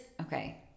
okay